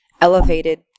elevated